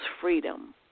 freedom